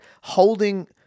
holding